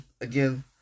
again